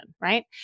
right